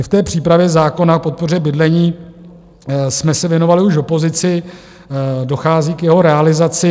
My té přípravě zákona k podpoře bydlení jsme se věnovali už v opozici, dochází k jeho realizaci.